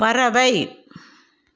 பறவை